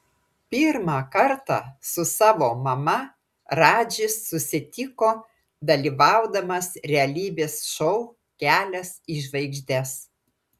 pirmą kartą su savo mama radžis susitiko dalyvaudamas realybės šou kelias į žvaigždes